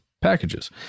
packages